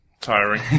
Tiring